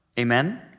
Amen